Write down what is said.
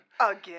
Again